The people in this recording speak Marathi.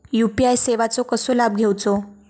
यू.पी.आय सेवाचो कसो लाभ घेवचो?